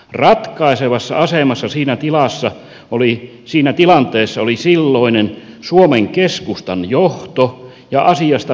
ratkaisevassa asemassa siinä tilanteessa oli silloinen suomen keskustan johto ja asiasta päättänyt keskustan puoluekokous